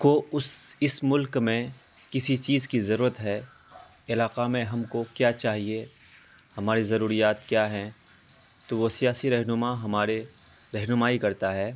کو اس اس ملک میں کسی چیز کی ضرورت ہے علاقہ میں ہم کو کیا چاہیے ہماری ضروریات کیا ہیں تو وہ سیاسی رہنما ہمارے رہنمائی کرتا ہے